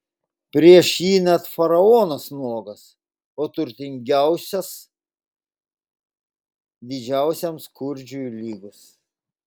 prieš jį net faraonas nuogas o turtingiausias didžiausiam skurdžiui lygus